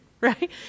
right